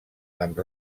amb